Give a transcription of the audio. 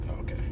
okay